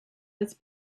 was